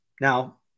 Now